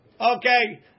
okay